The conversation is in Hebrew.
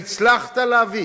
והצלחת להביא